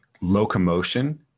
locomotion